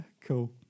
Cool